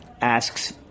asks